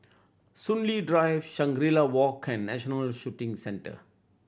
Soon Lee Drive Shangri La Walk and National Shooting Centre